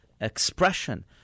expression